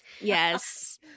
Yes